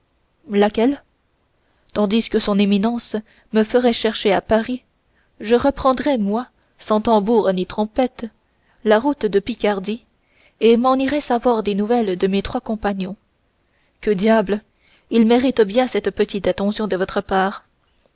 laquelle tandis que son éminence me ferait chercher à paris je reprendrais moi sans tambour ni trompette la route de picardie et je m'en irais savoir des nouvelles de mes trois compagnons que diable ils méritent bien cette petite attention de votre part